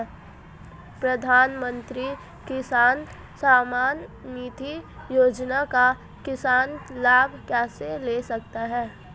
प्रधानमंत्री किसान सम्मान निधि योजना का किसान लाभ कैसे ले सकते हैं?